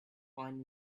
find